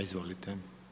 Izvolite.